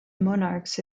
monarchs